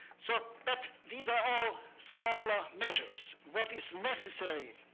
so but these are all smaller measures. what is necessary,